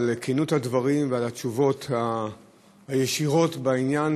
על הדברים הכנים ועל התשובות הישירות בעניין,